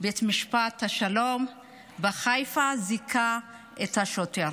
בית משפט השלום בחיפה זיכה את השוטר.